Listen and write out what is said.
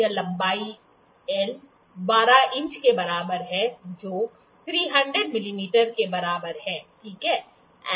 यह लंबाई l 12 inch के बराबर है जो 300 मिमी के बराबर है ठीक है